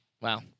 wow